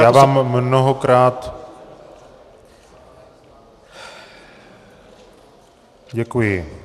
Já vám mnohokrát děkuji.